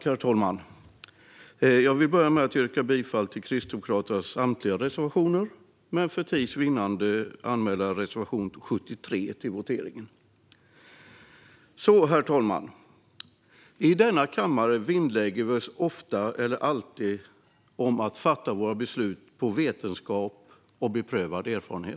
Herr talman! Jag vill börja med att säga att vi står bakom Kristdemokraternas samtliga reservationer, men för tids vinnande yrkar jag bifall bara till vår reservation 73. Herr talman! I denna kammare vinnlägger vi oss ofta eller alltid om att grunda våra beslut på vetenskap och beprövad erfarenhet.